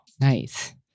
nice